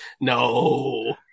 No